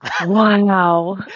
wow